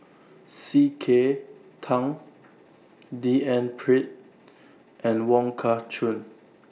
C K Tang D N Pritt and Wong Kah Chun